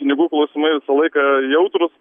pinigų klausimai visą laiką jautrūs